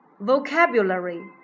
vocabulary